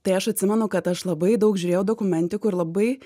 tai aš atsimenu kad aš labai daug žiūrėjau dokumentikų ir labai